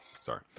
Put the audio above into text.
sorry